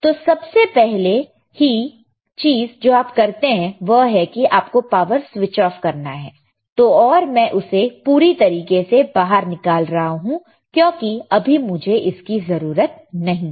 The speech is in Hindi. तो सबसे पहले ही चीज जो आप करते हैं वह है कि आपको पावर स्विच ऑफ करना है तो और मैं उसे पूरी तरीके से बाहर निकाल रहा हूं क्योंकि अभी मुझे इसकी जरूरत नहीं है